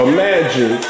Imagine